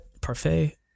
Parfait